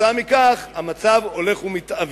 כתוצאה מכך, המצב הולך ומתעוות.